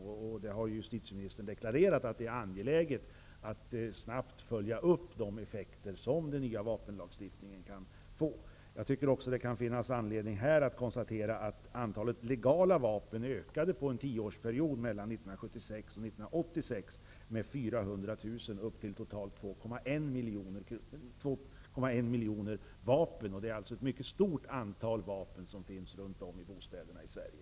Justitieministern har ju också deklarerat att det är angeläget att snabbt följa upp vilka effekter den nya vapenlagstiftningen kan få. Jag tycker också att det kan finnas anledning att här konstatera att antalet legala vapen under en tioårsperiod -- mellan 1976 och 1986 -- ökat med 400 000 upp till 2,1 miljoner vapen. Det är alltså ett mycket stort antal vapen som finns i bostäderna runt om i Sverige.